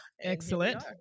Excellent